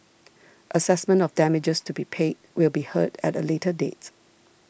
assessment of damages to be paid will be heard at a later date